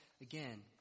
again